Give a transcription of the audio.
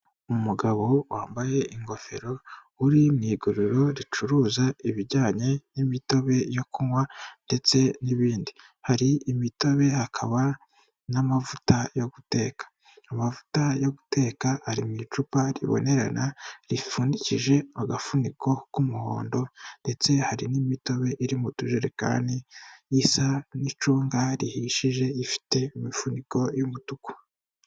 Umugabo wambaye ingofero uri mu iguriro ricuruza ibijyanye n'imitobe yo kunywa ndetse n'ibindi, hari imitobe hakaba n'amavuta yo guteka, amavuta yo guteka ari mu icupa ribonerana ripfundikije agafuniko k'umuhondo ndetse hari n'imitobe iri mu tujerekani isa n'icunga rihishije ifite imifuniko y'umutuku.